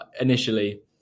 initially